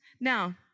Now